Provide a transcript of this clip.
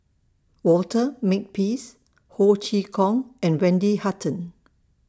Walter Makepeace Ho Chee Kong and Wendy Hutton